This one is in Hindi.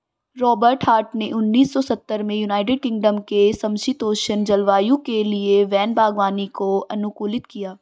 रॉबर्ट हार्ट ने उन्नीस सौ सत्तर में यूनाइटेड किंगडम के समषीतोष्ण जलवायु के लिए वैन बागवानी को अनुकूलित किया